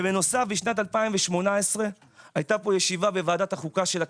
ובנוסף בשנת 2018 הייתה פה ישיבה בוועדת החוקה של הכנסת,